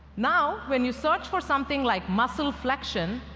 now, when you search for something like muscle flexion,